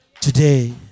today